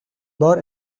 بار